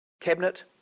Cabinet